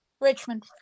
Richmond